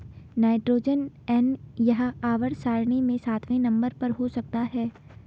nitrogen N यह आवर्त सारणी में सातवें नंबर पर हो सकता है